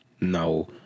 No